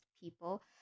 people